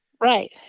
Right